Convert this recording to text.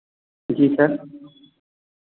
जी sir